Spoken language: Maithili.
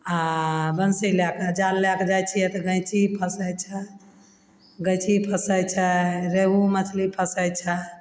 आओर बंसी लए कऽ जाल लए कऽ जाय छियै तऽ गैञ्ची फँसै छै गैञ्ची फँसय छै रेहू मछली फँसय छै